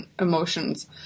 emotions